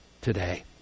today